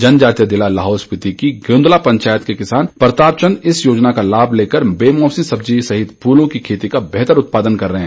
जनजातीय ज़िला लाहौल स्पिति की गोंदला पंचायत के किसान प्रताप चंद इस योजना का लाभ लेकर बेमौसमी सब्जी सहित फूलों की खेती का बेहतर उत्पादन कर रहे हैं